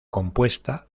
compuesta